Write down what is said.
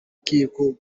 rukiko